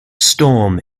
storm